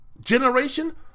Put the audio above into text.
generation